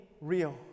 real